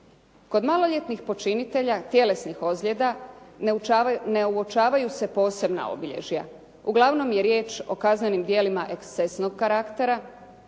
Kod maloljetnih počinitelja, tjelesnih ozljeda ne uočavaju se posebna obilježja. Uglavnom je riječ o kaznenim djelima ekscesnog karaktera.